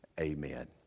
Amen